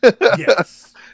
Yes